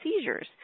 seizures